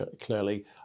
clearly